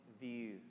view